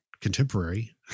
contemporary